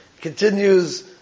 continues